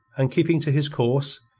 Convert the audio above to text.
and keeping to his course,